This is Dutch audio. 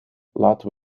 laten